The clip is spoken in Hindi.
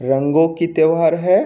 रंगों की त्योहार है